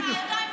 בדיוק.